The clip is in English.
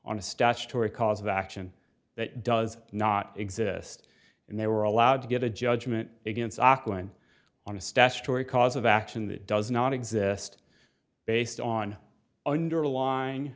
a statutory cause of action that does not exist and they were allowed to get a judgment against auckland on a statutory cause of action that does not exist based on underlying